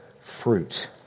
fruit